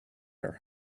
her